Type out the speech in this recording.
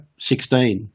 16